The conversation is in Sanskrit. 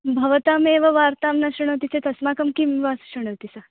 भवतामेव वार्तां न शृणोति चेत् अस्माकं किं वा शृणोति सः